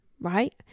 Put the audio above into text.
right